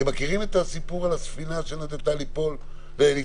אתם מכירים את הסיפור על הספינה שנטתה לטבוע?